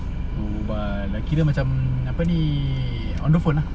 oh but lah kira macam apa ni on the phone ah